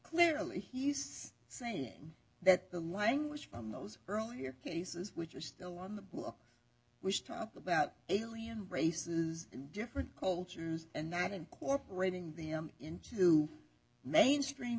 clearly he's saying that the language from those earlier cases which are still on the books which talk about alien races in different cultures and not incorporating them into mainstream